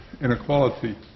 inequality